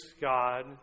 God